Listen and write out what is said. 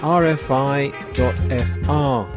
rfi.fr